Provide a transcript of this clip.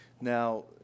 now